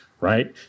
right